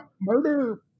Murder